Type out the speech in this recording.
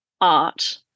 art